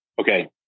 Okay